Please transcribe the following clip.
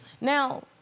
Now